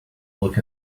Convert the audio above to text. look